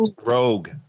Rogue